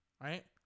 right